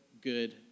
good